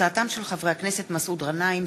הצעתם של חברי הכנסת מסעוד גנאים,